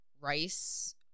rice